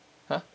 !huh!